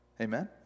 Amen